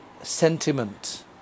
Sentiment